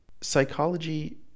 psychology